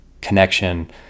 connection